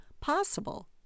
possible